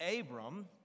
Abram